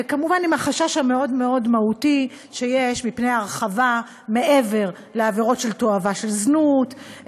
וכמובן עם החשש המאוד-מאוד מהותי שיש מפני הרחבה מעבר לעבירות של זנות,